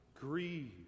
grieve